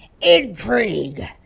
intrigue